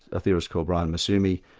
a theorist called brian massumi,